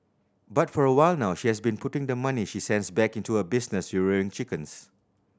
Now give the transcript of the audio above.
but for a while now she has been putting the money she sends back into a business rearing chickens